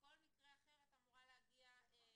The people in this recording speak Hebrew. אם את תרצי, אנחנו נשב אחר כך